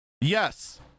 Yes